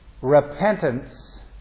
repentance